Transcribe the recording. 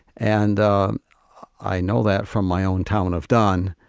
and i know that from my own town of dunn,